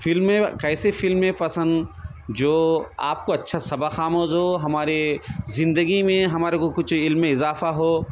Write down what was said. فلمیں کیسے فلمیں پسند جو آپ کو اچھا سبق آموز ہو ہمارے زندگی میں ہمارے کو کچھ علم میں اضافہ ہو